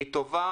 היא טובה